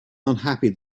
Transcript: unhappy